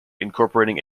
incorporating